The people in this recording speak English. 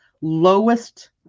lowest